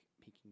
peaking